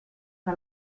que